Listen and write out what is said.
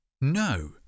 No